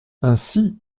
ainsi